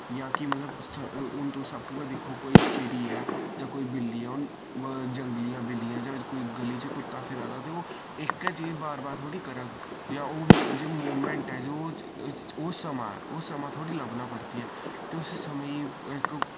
जां कि मतलब हुन तुस आपूं गै दिक्खो कोई चींटी ऐ जां कोई बिल्ली ऐ हुन जंगली बिल्लियां जां कोई गली च कुत्ता फिरा दा ते ओह् इक्कै चीज बार बार थोह्ड़ी करग जां ओह् जो मोमेंट ऐ जो ओह् समां ऐ ओ समां थोह्ड़ी लब्भना परतियै ते उसी समें ही इक